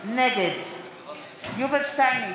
נגד יובל שטייניץ,